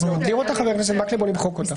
אז להותיר אותה חבר הכנסת מקלב או למחוק אותה?